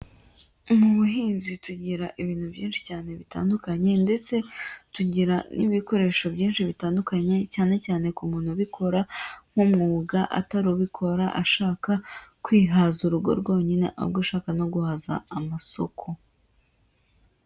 Mu buhinzi tugira ibintu byinshi cyane bitandukanye, ndetse tugira n'ibikoresho byinshi bitandukanye cyane cyane ku muntu ubikora nk'umwuga atari ubikora ashaka kwihaza urugo rwonyine, ahubwo ashaka no guhaza amasoko.